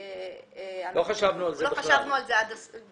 לא חשבנו על זה עד הסוף.